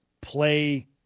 play